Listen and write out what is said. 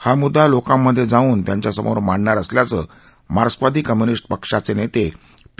हा मुद्दा लोकांमध्ये जाऊन त्यांच्यासमोर मांडणार असल्याचं मार्क्सवादी कम्य्निस् पक्षाचे नेते पी